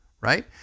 right